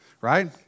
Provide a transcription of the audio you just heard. right